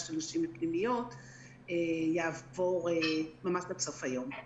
של נשים לפנימיות יעבור ממש עד סוף היום.